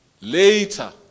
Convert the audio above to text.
later